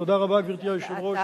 תודה רבה, גברתי היושבת-ראש.